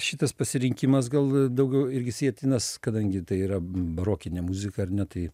šitas pasirinkimas gal daugiau irgi sietinas kadangi tai yra barokinė muzika ar ne tai